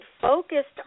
focused